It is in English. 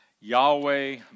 Yahweh